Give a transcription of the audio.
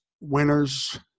winners